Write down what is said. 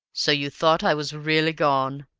so you thought i was really gone?